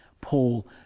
Paul